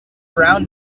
brown